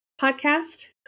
podcast